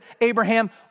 Abraham